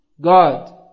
God